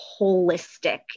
holistic